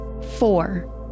Four